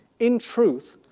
in truth,